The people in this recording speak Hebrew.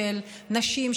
של נשים,